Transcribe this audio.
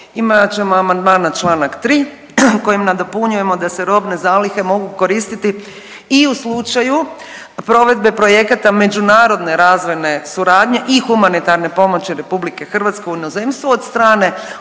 imat ćemo amandman na čl. 3. kojim nadopunjujemo da se robne zalihe mogu koristiti i u slučaju provedbe projekata međunarodne razvojne suradnje i humanitarne pomoći RH u inozemstvu od strane